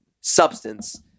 substance